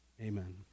Amen